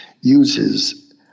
uses